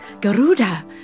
Garuda